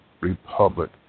republic